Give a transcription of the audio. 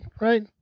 Right